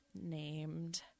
named